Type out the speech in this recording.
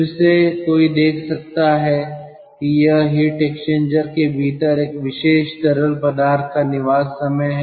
फिर से कोई देख सकता है कि यह हीट एक्सचेंजर के भीतर एक विशेष तरल पदार्थ का निवास समय है